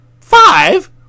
Five